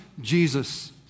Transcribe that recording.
Jesus